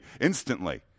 instantly